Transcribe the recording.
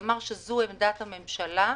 ויגיד שזו עמדת הממשלה,